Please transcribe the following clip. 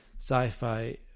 sci-fi